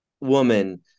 woman